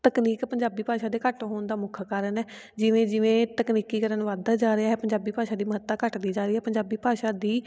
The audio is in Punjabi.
ਤਕਨੀਕ ਪੰਜਾਬੀ ਭਾਸ਼ਾ ਦੇ ਘੱਟ ਹੋਣ ਦਾ ਮੁੱਖ ਕਾਰਨ ਹੈ ਜਿਵੇਂ ਜਿਵੇਂ ਤਕਨੀਕੀਕਰਨ ਵੱਧਦਾ ਜਾ ਰਿਹਾ ਹੈ ਪੰਜਾਬੀ ਭਾਸ਼ਾ ਦੀ ਮਹੱਤਤਾ ਘੱਟਦੀ ਜਾ ਰਹੀ ਹੈ ਪੰਜਾਬੀ ਭਾਸ਼ਾ ਦੀ